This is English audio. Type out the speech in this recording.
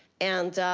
and,